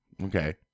Okay